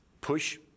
push